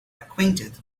acquainted